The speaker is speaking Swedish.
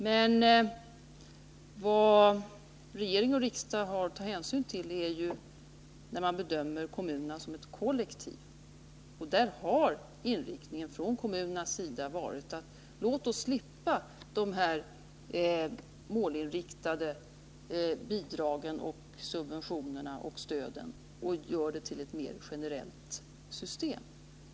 Men regering och riksdag har ju vid sin bedömning att se på kommunerna som ett kollektiv, och då kan man konstatera att kommunernas inställning har varit denna: Låt oss slippa de målinriktade bidragen, subventionerna och stöden — gör systemet mer generellt!